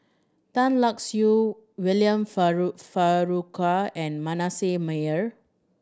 Tan Lark Sye William Farquhar and Manasseh Meyer